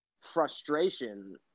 frustration